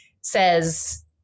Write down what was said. says